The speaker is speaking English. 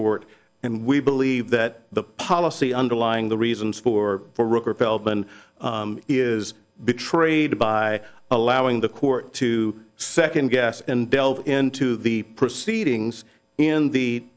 court and we believe that the policy underlying the reasons for feldman is betrayed by allowing the court to second guess and delve into the proceedings in the